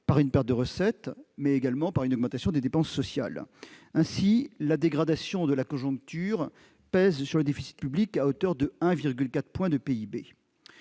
par une perte de recettes et une augmentation des dépenses sociales. Ainsi, la dégradation de la conjoncture pèse sur le déficit public à hauteur de 1,4 point de PIB.